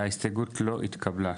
0 ההסתייגות לא התקבלה.